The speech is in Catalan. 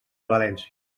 valència